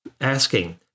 asking